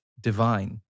divine